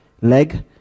leg